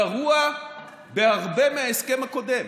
גרוע בהרבה מההסכם הקודם,